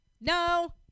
No